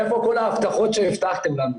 איפה כל ההבטחות שהבטחתם לנו?